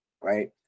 right